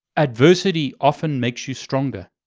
adversity often makes you stronger.